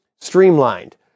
streamlined